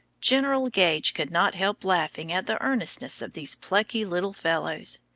general gage could not help laughing at the earnestness of these plucky little fellows.